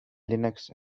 linux